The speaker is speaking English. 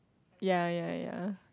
ya ya ya